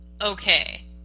okay